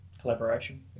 collaboration